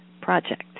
project